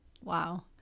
Wow